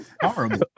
horrible